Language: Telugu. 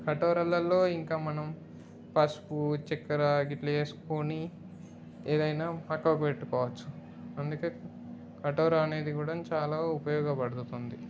కటోరలలో ఇంకా మనం పసుపు చక్కెర గట్రా వేసుకుని ఏదైనా పక్కకు పెట్టుకోవచ్చు అందుకే కటోర అనేది కూడా చాలా ఉపయోగపడుతుంది